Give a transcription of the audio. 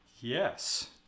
Yes